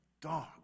dog